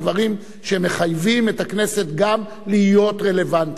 הם דברים שהם מחייבים את הכנסת גם להיות רלוונטית.